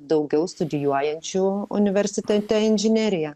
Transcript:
daugiau studijuojančių universitete inžineriją